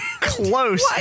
close